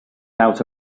out